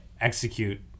execute